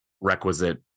requisite